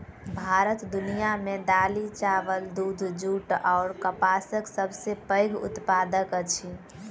भारत दुनिया मे दालि, चाबल, दूध, जूट अऔर कपासक सबसे पैघ उत्पादक अछि